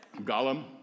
Gollum